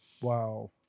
wow